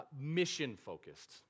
mission-focused